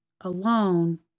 alone